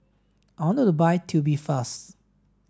I want to buy Tubifast